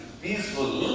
peaceful